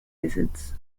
lizards